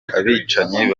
abicanyi